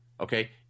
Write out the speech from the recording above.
okay